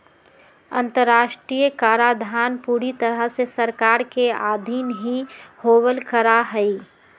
अन्तर्राष्ट्रीय कराधान पूरी तरह से सरकार के अधीन ही होवल करा हई